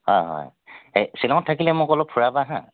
হয় হয় এই শ্বিলঙত থাকিলে মোক অলপ ফুৰাবা হা